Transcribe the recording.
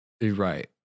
Right